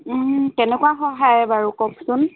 কেনেকুৱা সহায় বাৰু কওকচোন